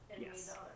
Yes